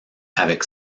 avec